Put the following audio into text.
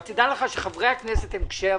אבל תדע לך שחברי הכנסת הם קשי הבנה.